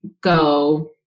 go